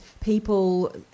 people